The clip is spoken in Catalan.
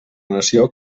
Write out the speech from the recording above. nació